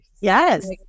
Yes